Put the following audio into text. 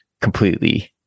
completely